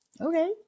Okay